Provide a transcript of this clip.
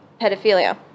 pedophilia